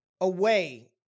away